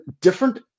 different